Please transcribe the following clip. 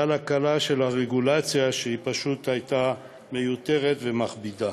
והקלה של הרגולציה שפשוט הייתה מיותרת ומכבידה.